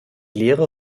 lehre